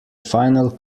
final